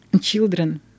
children